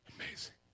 Amazing